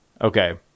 okay